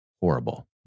horrible